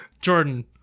Jordan